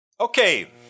okay